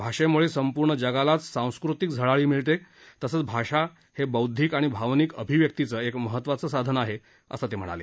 भाषेमुळे संपूर्ण जगालाच सांस्कृतिक झळाळी मिळते तसच भाषा हे बौद्धिक आणि भावनिक आभिव्यक्तीचं एक महत्वाचं साधन आहे असं ते म्हणाले